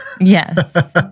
yes